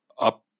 up